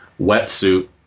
Wetsuit